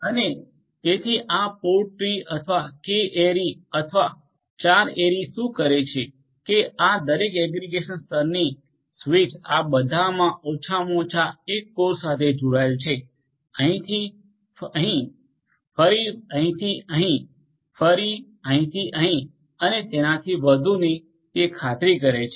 અને તેથી આ પોડ ટ્રી અથવા K aryકે એરી અથવા 4 એરી ટ્રી શું કરે છે કે આ દરેક એગ્રિગેશન સ્તરની સ્વીચ આ બધામાં ઓછામાં ઓછા એક કોર સાથે જોડાયેલા છે અહીંથી અહીં ફરી અહીંથી અહીં ફરી અહીંથી અહીં અને તેનાથી વધુની તે ખાતરી કરે છે